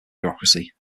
bureaucracy